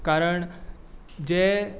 कारण जे